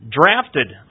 drafted